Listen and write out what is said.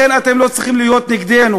לכן אתם לא צריכים להיות נגדנו,